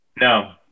No